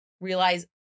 realize